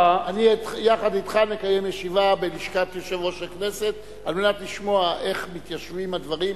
יחד אתך נקיים ישיבה בלשכת יו"ר הכנסת כדי לשמוע איך הדברים מתיישבים.